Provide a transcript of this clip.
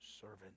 servant